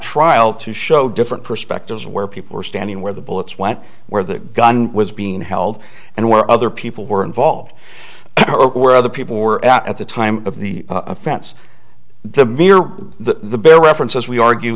trial to show different perspectives where people were standing where the bullets went where the gun was being held and where other people were involved where other people were at the time of the apprentice the mirror the bear reference as we argue